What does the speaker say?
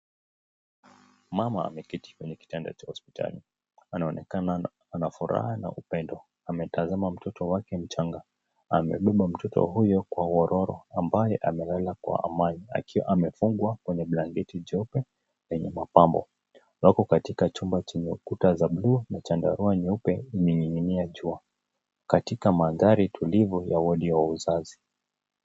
Mama ameketi kwenye kitanda cha hospitali. Anaonekana ana furaha na upendo. Ametazama mtoto wake mchanga. Amebeba mtoto huyo kwa wororo ambaye amelala kwa amani akiwa amefungwa kwenye balnketi jeupe lenye mapambo. Wako katika chumba chenye ukuta za buluu na chandarua nyeupe imening'inia juu katika mandhari tulivu ya wodi ya wazazi.